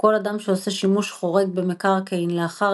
כל אדם שעושה שימוש חורג במקרקעין לאחר